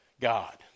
God